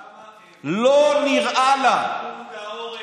למה לא העברתם לפיקוד העורף?